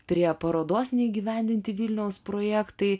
prie parodos neįgyvendinti vilniaus projektai